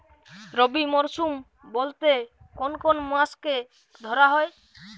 রবি মরশুম বলতে কোন কোন মাসকে ধরা হয়?